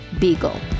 Beagle